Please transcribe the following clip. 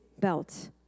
belt